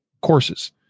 courses